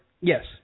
yes